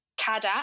CADAT